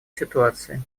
ситуации